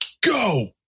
go